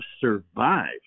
survived